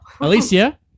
Alicia